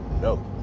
No